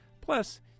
Plus